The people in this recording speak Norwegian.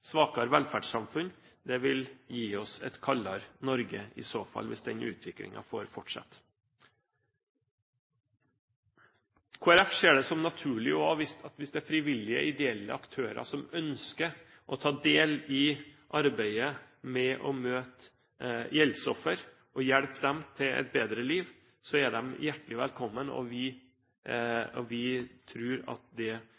svakere velferdssamfunn, det vil gi oss et kaldere Norge, hvis den utviklingen får fortsette. Kristelig Folkeparti ser det som naturlig, hvis det er frivillige ideelle aktører som ønsker å ta del i arbeidet med å møte gjeldsofre og hjelpe dem til et bedre liv, å hilse dem hjertelig velkommen. Vi tror at det